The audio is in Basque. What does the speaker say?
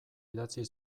idatzi